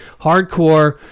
hardcore